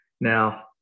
Now